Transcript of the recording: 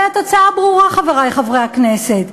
והתוצאה ברורה, חברי חברי הכנסת,